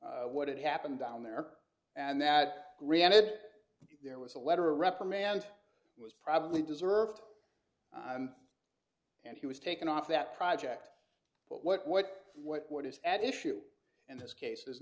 what had happened down there and that granted it there was a letter a reprimand was probably deserved and he was taken off that project but what what what what is at issue and this case is